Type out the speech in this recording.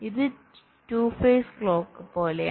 ഇത് 2 phase clock പോലെയാണ്